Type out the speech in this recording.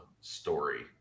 story